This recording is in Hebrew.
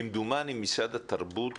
כמדומני משרד התרבות